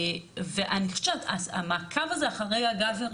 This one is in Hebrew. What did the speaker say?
אני חושבת שהמעקב הזה אחרי ה- government